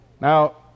now